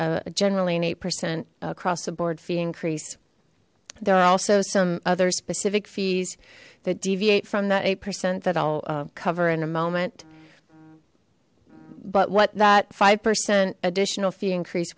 generally an eight percent across the board fee increase there are also some other specific fees that deviate from that eight percent that i'll cover in a moment but what that five percent additional fee increase